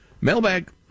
Mailbag